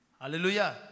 Hallelujah